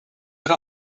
ihre